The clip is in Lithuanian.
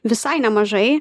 visai nemažai